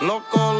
Loco